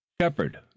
Shepard